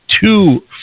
two